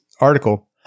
article